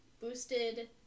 Boosted